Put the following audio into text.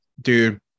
dude